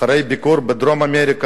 אחרי ביקור בדרום-אמריקה,